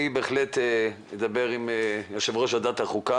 אני בהחלט אדבר עם יו"ר ועדת החוקה